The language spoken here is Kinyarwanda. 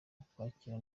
ukwakira